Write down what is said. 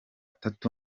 tatu